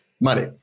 money